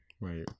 Right